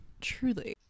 truly